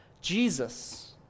Jesus